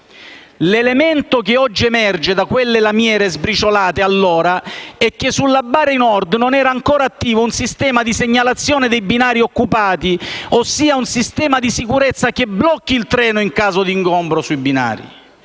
L'elemento che oggi emerge da quelle lamiere sbriciolate, allora, è che sulla tratta Bari Nord non era ancora attivo un sistema di segnalazione dei binari occupati, ossia un sistema di sicurezza che blocchi il treno in caso di ingombro sui binari.